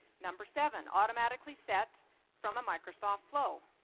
number seven automatically set from a microsoft flow.